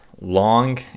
long